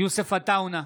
יוסף עטאונה,